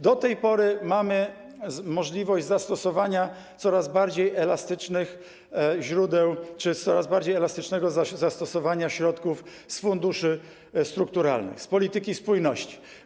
Do tej pory mieliśmy możliwość zastosowania coraz bardziej elastycznych źródeł czy coraz bardziej elastycznego zastosowania środków z funduszy strukturalnych, środków polityki spójności.